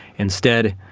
instead,